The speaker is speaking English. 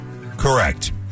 correct